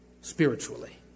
Spiritually